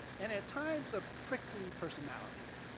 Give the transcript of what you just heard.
and at times, a prickly personality.